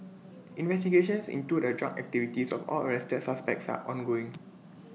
investigations into the drug activities of all arrested suspects are ongoing